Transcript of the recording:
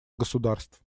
государств